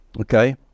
Okay